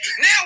Now